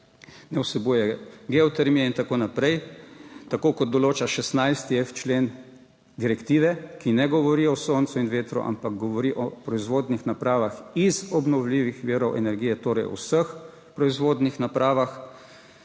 ne vsebuje geotermije in tako naprej, tako kot določa 16.f člen direktive, ki ne govori o soncu in vetru, ampak govori o proizvodnih napravah iz obnovljivih virov energije, torej o vseh proizvodnih napravah,